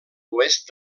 oest